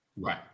Right